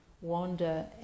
wander